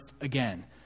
again